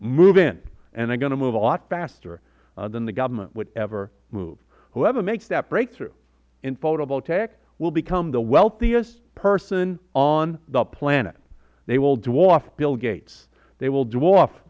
move in and they are going to move a lot faster than the government would ever move whoever makes that breakthrough in photovoltaic will become the wealthiest person on the planet they will dwarf bill gates they will d